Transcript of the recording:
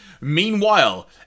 Meanwhile